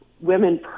women